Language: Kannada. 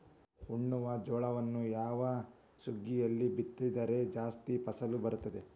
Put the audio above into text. ಉಣ್ಣುವ ಜೋಳವನ್ನು ಯಾವ ಸುಗ್ಗಿಯಲ್ಲಿ ಬಿತ್ತಿದರೆ ಜಾಸ್ತಿ ಫಸಲು ಬರುತ್ತದೆ?